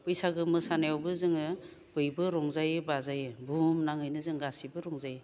बैसागो मोसानायावबो जोङो बयबो रंजायो बाजायो बुहुम नाङैनो जों गासैबो रंजायो